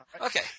Okay